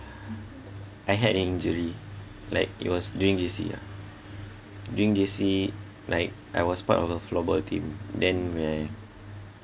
I had an injury like it was during J_C year during J_C like I was part of a floorball team then where